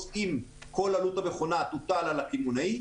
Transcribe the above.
אם כל עלות המכונה תוטל על הקמעונאי,